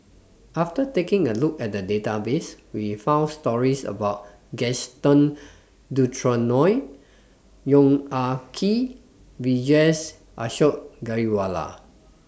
after taking A Look At The Database We found stories about Gaston Dutronquoy Yong Ah Kee and Vijesh Ashok Ghariwala